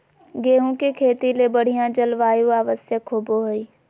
गेहूँ के खेती ले बढ़िया जलवायु आवश्यकता होबो हइ